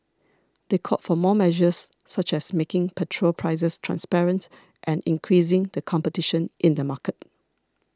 they called for more measures such as making petrol prices transparent and increasing the competition in the market